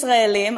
מישראלים,